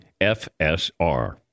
FSR